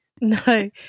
no